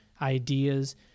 ideas